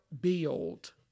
build